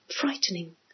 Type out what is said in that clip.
frightening